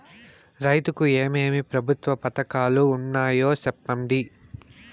రైతుకు ఏమేమి ప్రభుత్వ పథకాలు ఉన్నాయో సెప్పండి?